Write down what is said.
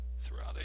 throughout